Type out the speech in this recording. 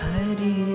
Hari